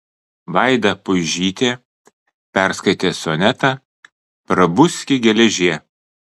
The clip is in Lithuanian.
vaida puižytė perskaitė sonetą prabuski geležie